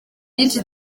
byinshi